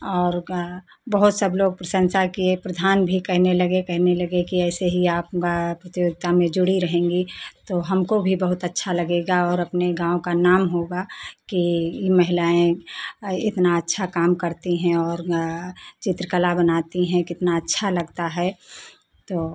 और का बहुत सब लोग प्रशंसा किए प्रधान भी कहने लगे कहने लगे कि ऐसे ही आप गा प्रतियोगिता में जुड़ी रहेंगी तो हमको भी बहुत अच्छा लगेगा और अपने गाँव का नाम होगा कि यह महिलाएँ इतना अच्छा काम करती हैं और चित्रकला बनाती हैं कितना अच्छा लगता है तो